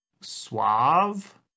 suave